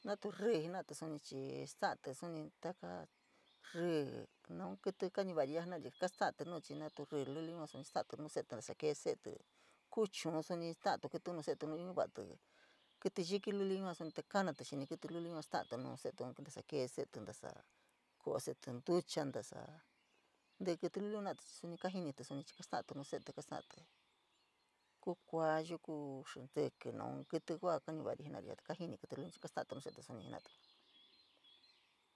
Natu ríí jena’atí suni chii sta’atí suni taka ríí naun kítí kañuvari ya’a jenari, kasta’atí nuu chii natu rrí luli yua suni sta’atí nuu se’etí nasa kee se’etí, kuu chuun suni sta’atí kílíun nuu se’etí nuu ñuvatí kítí yiki luli yua suni te, kanatí xini kílí luliun sta’atí nuu se’ete ntasa kee se’etí ntasa ko’o se’etí ntucha, ntasa, ntí’í kítí luliun jena’atí suni kajinití suni kaa sta’atí nuu se’etí kasta’atí, kuu kuayu, kuu xintíkí, naun kítí va’a kañovari jenari, kajini kítí luliun kaa sta’atí nuu se’ete suni jena’atí.